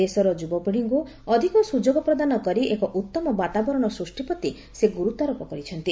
ଦେଶର ଯୁବପିଢ଼ିକୁ ଅଧିକ ସୁଯୋଗ ପ୍ରଦାନ କରି ଏକ ଉତ୍ତମ ବାତାବରଣ ସୃଷ୍ଟି ପ୍ରତି ସେ ଗୁରୁତ୍ୱାରୋପ କରିଛନ୍ତି